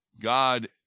God